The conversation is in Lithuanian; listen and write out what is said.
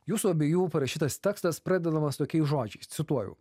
jūsų abiejų parašytas tekstas pradedamas tokiais žodžiais cituoju